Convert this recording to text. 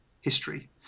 history